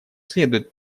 следует